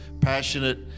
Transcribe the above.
passionate